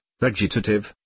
vegetative